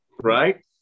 right